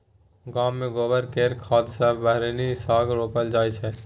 गांव मे गोबर केर खाद सँ हरिहर साग रोपल जाई छै